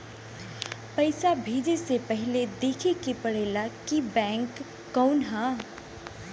पइसा भेजे से पहिले देखे के पड़ेला कि बैंक कउन ह